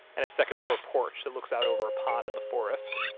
and a second floor porch that looks out over a pond in the forest.